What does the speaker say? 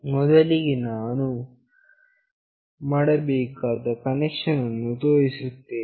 ಮೊದಲಿಗೆ ನಾನು ನಾವು ಮಾಡಬೇಕಾದ ಕನೆಕ್ಷನ್ ಅನ್ನು ತೋರಿಸುತ್ತೇನೆ